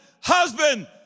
husband